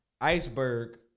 iceberg